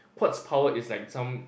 quartz powered is like some